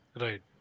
Right